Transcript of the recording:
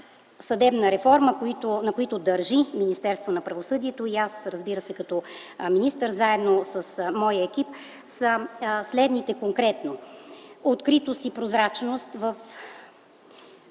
съдебната реформа, на които държи Министерството на правосъдието и аз, разбира се, като министър заедно с моя екип, са следните: откритост и прозрачност и